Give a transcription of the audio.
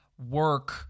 Work